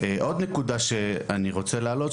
עוד נקודה שאני רוצה להעלות,